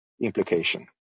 implication